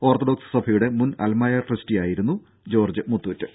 orthodox സഭയുടെ മുൻ അൽമായ ട്രസ്ററി ആയിരുന്നു ജോർജ്ജ് മുത്തൂറ്റ്